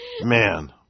Man